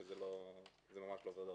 שזה ממש לא דרכנו.